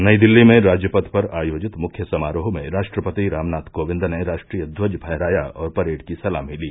नई दिल्ली में राजपथ पर आयोजित मुख्य समारोह में राष्ट्रपति रामनाथ कोविंद ने राष्ट्रीय ध्वज फहराया और परेड की सलामी ली